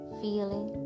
feeling